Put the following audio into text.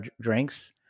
drinks